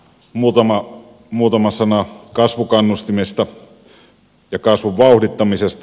edelleen muutama sana kasvukannustimista ja kasvun vauhdittamisesta